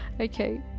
okay